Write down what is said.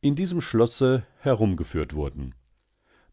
in diesem schlosse herumgeführt wurden